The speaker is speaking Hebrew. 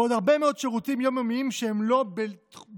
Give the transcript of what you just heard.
ועוד הרבה מאוד שירותים יום-יומיים שהם לא בליבת